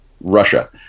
Russia